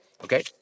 Okay